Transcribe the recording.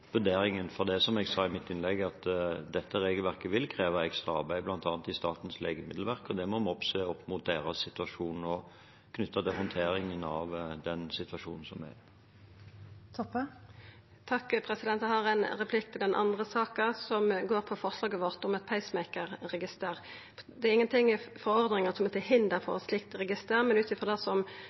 vurderingen. Det er som jeg sa i mitt innlegg: Dette regelverket vil kreve ekstra arbeid, bl.a. fra Statens legemiddelverk, og det må vi også se opp mot deres situasjon nå, knyttet til håndteringen av den situasjonen som er. Eg har ein replikk til den andre saka, som gjeld forslaget vårt om eit pacemakerregister. Det er ingenting i forordninga som er til hinder for eit slikt register, men ut frå det